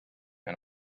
and